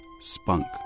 Spunk